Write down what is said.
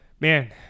man